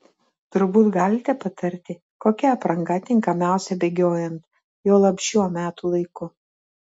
turbūt galite patarti kokia apranga tinkamiausia bėgiojant juolab šiuo metų laiku